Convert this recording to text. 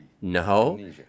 No